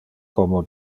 como